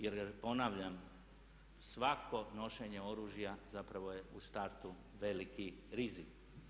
Jer ponavljam, svako nošenje oružja zapravo je u startu veliki rizik.